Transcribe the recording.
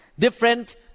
Different